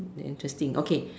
interesting okay